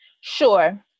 sure